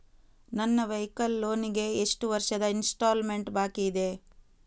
ನನ್ನ vehicle loan ಗೆ ಎಷ್ಟು ವರ್ಷದ ಇನ್ಸ್ಟಾಲ್ಮೆಂಟ್ ಬಾಕಿ ಇದೆ?